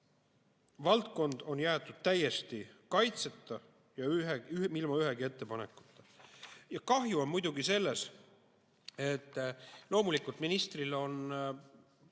valdkond on jäetud täiesti kaitseta ja ilma ühegi ettepanekuta. Kahju on muidugi sellest, et loomulikult ministril on